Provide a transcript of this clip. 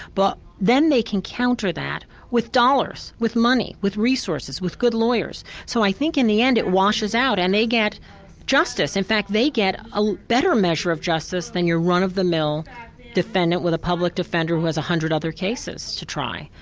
but then they can counter that with dollars, with money, with resources, with good lawyers. so i think in the end it washes out, and they get justice. in fact they get a better measure of justice than your run-of-the-mill defendant with a public defender who has one hundred other cases to try.